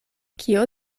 kio